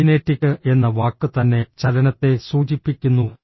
kinetic എന്ന വാക്ക് തന്നെ ചലനത്തെ സൂചിപ്പിക്കുന്നു